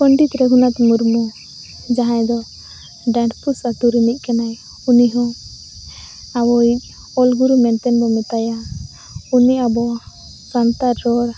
ᱯᱚᱸᱰᱮᱛ ᱨᱟᱹᱜᱷᱩᱱᱟᱛᱷ ᱢᱩᱨᱢᱩ ᱡᱟᱦᱟᱸᱭ ᱫᱚ ᱰᱟᱱᱰᱵᱳᱥ ᱟᱛᱳ ᱨᱤᱱᱤᱡ ᱠᱟᱱᱟᱭ ᱩᱱᱤᱦᱚᱸ ᱟᱵᱚᱣᱤᱡ ᱚᱞ ᱜᱩᱨᱩ ᱢᱮᱱᱛᱮᱵᱚᱱ ᱢᱮᱛᱟᱭᱟ ᱩᱱᱤ ᱟᱵᱚ ᱥᱟᱱᱛᱟᱲ ᱨᱚᱲ